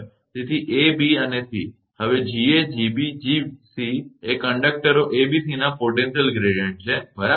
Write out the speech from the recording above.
તેથી a b અને c હવે 𝐺𝑎 𝐺𝑏 𝐺𝑐 એ કંડકટરો abc નાં પોટેન્શિયલ ગ્રેડીયંટ છે બરાબર